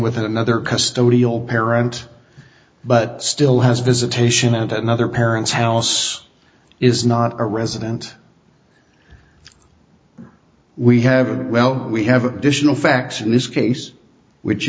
with another custodial parent but still has visitation at another parent's house is not a resident we have well we have additional facts in this case which